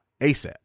ASAP